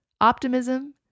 optimism